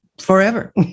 forever